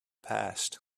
past